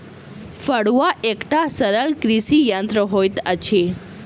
फड़ुआ एकटा सरल कृषि यंत्र होइत अछि